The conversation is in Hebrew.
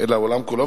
אלא העולם כולו,